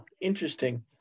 Interesting